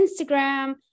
Instagram